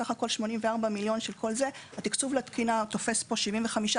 בסך-הכול 84 מיליון של כל זה תופס פה 75%,